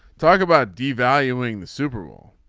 talk about devaluing the super bowl.